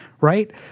right